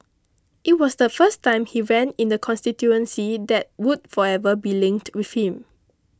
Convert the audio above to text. it was the first time he ran in the constituency that would forever be linked with him